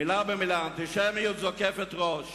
מלה במלה: "האנטישמיות זוקפת ראש.